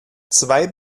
zwei